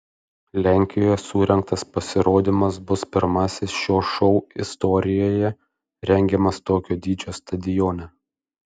lenkijoje surengtas pasirodymas bus pirmasis šio šou istorijoje rengiamas tokio dydžio stadione